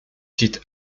site